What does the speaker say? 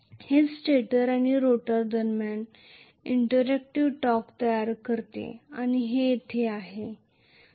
हेच स्टेटर आणि रोटर दरम्यान इंटरएक्टिव टॉर्क तयार करते आणि हे येथे होते